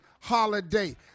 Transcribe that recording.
holiday